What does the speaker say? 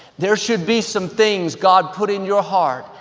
there should be some things god put in your heart,